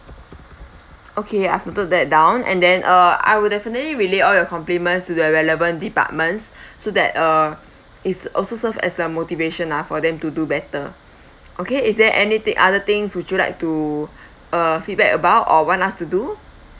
okay I've noted that down and then uh I will definitely relay all your compliments to the relevant departments so that uh it's also serve as the motivation ah for them to do better okay is there anythi~ other things would you like to uh feedback about or want us to do